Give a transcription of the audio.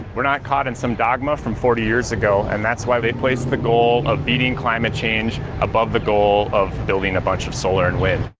we're not caught in some dogma from forty years ago, and that's why they place the goal of beating climate change above the goal of building a bunch of solar and wind.